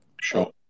Sure